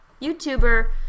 YouTuber